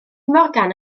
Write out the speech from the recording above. morgan